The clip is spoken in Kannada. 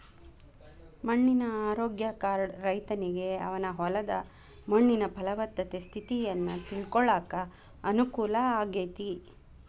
ಮಣ್ಣಿನ ಆರೋಗ್ಯ ಕಾರ್ಡ್ ರೈತನಿಗೆ ಅವನ ಹೊಲದ ಮಣ್ಣಿನ ಪಲವತ್ತತೆ ಸ್ಥಿತಿಯನ್ನ ತಿಳ್ಕೋಳಾಕ ಅನುಕೂಲ ಆಗೇತಿ